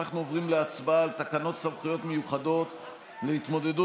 אנחנו עוברים להצבעה על תקנות סמכויות מיוחדות להתמודדות